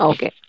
Okay